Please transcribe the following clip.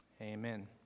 Amen